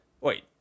Wait